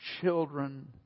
children